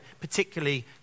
particularly